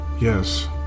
Yes